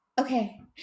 Okay